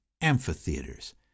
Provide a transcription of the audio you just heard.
amphitheaters